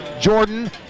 Jordan